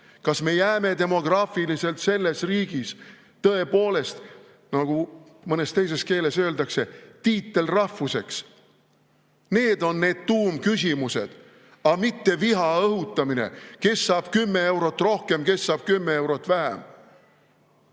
Kas me jääme demograafiliselt selles riigis tõepoolest, nagu mõnes teises keeles öeldakse, tiitelrahvuseks? Need on need tuumküsimused, aga mitte viha õhutamine: kes saab 10 eurot rohkem, kes saab 10 eurot vähem.